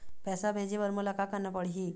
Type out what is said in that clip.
पैसा भेजे बर मोला का करना पड़ही?